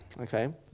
okay